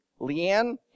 Leanne